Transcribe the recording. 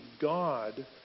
God